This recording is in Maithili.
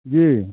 जी